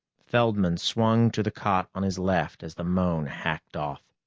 feldman swung to the cot on his left as the moan hacked off.